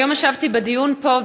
היום ישבתי בדיון פה.